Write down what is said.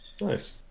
Nice